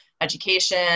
education